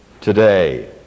today